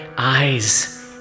Eyes